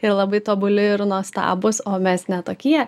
ir labai tobuli ir nuostabūs o mes ne tokie